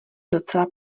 docela